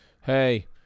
hey